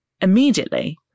immediately